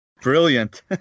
brilliant